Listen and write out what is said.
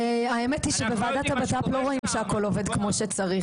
והאמת היא שבוועדת הבט"פ לא רואים שהכל עובד כמו שצריך,